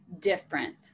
different